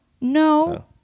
No